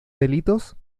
delitos